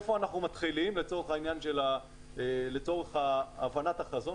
היכן אנחנו מתחילים לצורך הבנת החזון.